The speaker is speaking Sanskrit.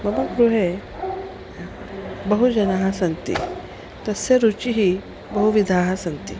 मम गृहे बहुजनाः सन्ति तस्य रुचिः बहुविधाः सन्ति